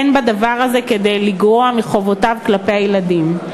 אין בדבר הזה כדי לגרוע מחובותיו כלפי הילדים.